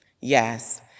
Yes